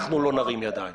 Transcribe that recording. ואנחנו לעולם לא נרים ידיים,